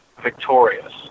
victorious